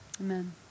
Amen